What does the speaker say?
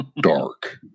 Dark